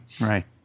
Right